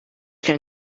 can